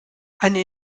eine